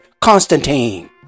Constantine